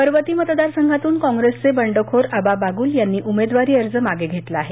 पर्वती मतदारसंघातून काँग्रेसचे बंडखोर आबा बागूल यांनी उमेदवारी अर्ज मागे घेतला आहे